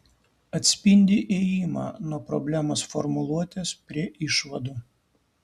atspindi ėjimą nuo problemos formuluotės prie išvadų